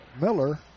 Miller